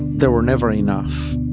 there were never enough.